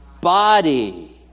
body